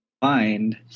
find